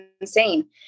insane